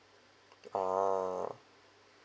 ah